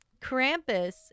Krampus